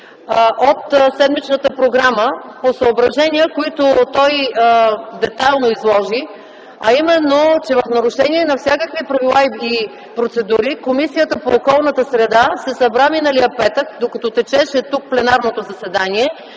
от седмичната програма по съображения, които той детайлно изложи, а именно, че в нарушение на всякакви правила и процедури Комисията по околната среда и водите се събра миналия петък, докато течеше тук пленарното заседание,